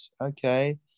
okay